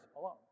alone